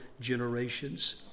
generations